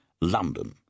London